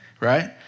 Right